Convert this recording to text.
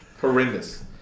horrendous